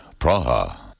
Praha